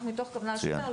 אנחנו מתוך כוונה לשפר,